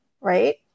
right